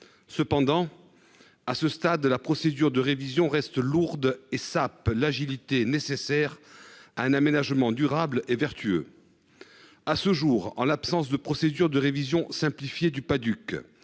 Cependant. À ce stade de la procédure de révision reste lourde et sape l'agilité nécessaire à un aménagement durable et vertueux. À ce jour en l'absence de procédure de révision simplifiée du Padduc